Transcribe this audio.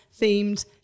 themed